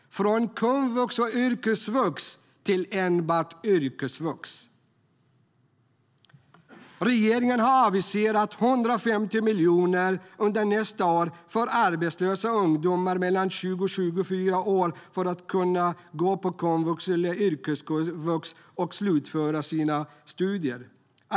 Man går från komvux och yrkesvux till enbart yrkesvux. Regeringen har aviserat 150 miljoner under nästa år för att arbetslösa ungdomar mellan 20 och 24 år ska kunna gå på komvux eller yrkesvux och slutföra sina studier.